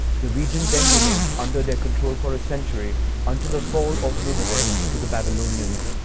the region then remains under their control for a century until the fall of nineveh to the babylonians.